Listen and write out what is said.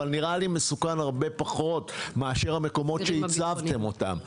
אבל נראה לי מסוכן הרבה פחות מהמקומות בהם הצבת אותן.